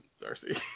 Darcy